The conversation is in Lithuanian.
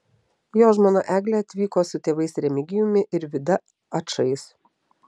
jo žmona eglė atvyko su tėvais remigijumi ir vida ačais